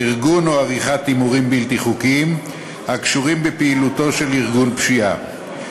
ארגון או עריכת הימורים בלתי חוקיים הקשורים לפעילותו של ארגון פשיעה,